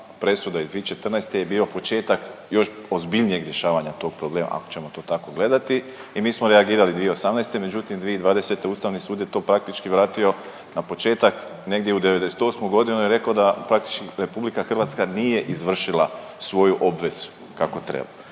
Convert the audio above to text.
presuda iz 2014. je bio početak još ozbiljnijeg rješavanja tog problema ako ćemo to tako gledati i mi smo reagirali 2018., međutim 2020. Ustavni sud je to praktički vratio na početak, negdje u '98.g., i rekao da praktički RH nije izvršila svoju obvezu kako treba.